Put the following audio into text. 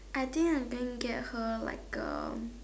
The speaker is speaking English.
I think I'm going get her like a